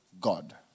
god